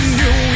new